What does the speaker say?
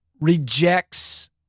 rejects